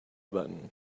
button